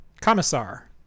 commissar